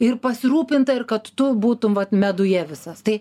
ir pasirūpinta ir kad tu būtum vat meduje visas tai